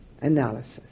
analysis